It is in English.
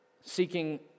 seeking